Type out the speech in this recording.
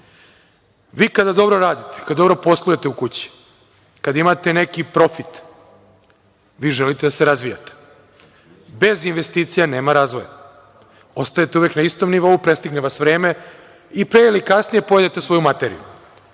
Vi kada dobro radite, kada dobro poslujete u kući, kada imate neki profit, vi želite da se razvijate. Bez investicija nema razvoja. Ostajete uvek na istom nivou, prestigne vas vreme i pre ili kasnije pojedete svoju materiju.